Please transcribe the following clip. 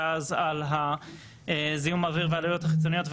אחר כך על זיהום האוויר והעלויות החיצוניות,